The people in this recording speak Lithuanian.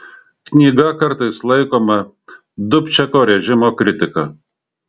knyga kartais laikoma dubčeko režimo kritika